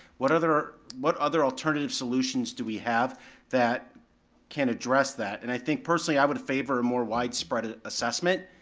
what other what other alternative solutions do we have that can address that, and i think personally i would favor more widespread ah assessment,